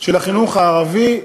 של החינוך הערבי,